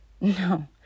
No